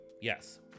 Yes